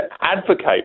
advocate